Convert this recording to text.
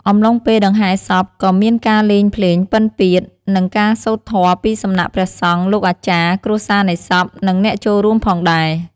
អំឡុងពេលដង្ហែរសពក៏មានការលេងភ្លេងពិណពាទ្យ និងការសូត្រធម៌ពីសំណាក់ព្រះសង្ឃ លោកអាចារ្យ គ្រួសារនៃសព និងអ្នកចូលរួមផងដែរ។